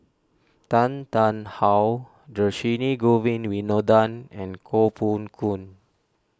Tan Tarn How Dhershini Govin Winodan and Koh Poh Koon